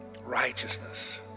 righteousness